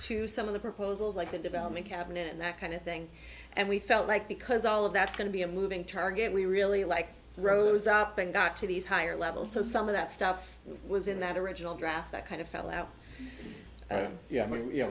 to some of the proposals like the development cabinet and that kind of thing and we felt like because all of that's going to be a moving target we really like rows up and got to these higher levels so some of that stuff was in that original draft that kind of fell out yeah i mean you know